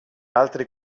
altri